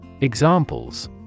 Examples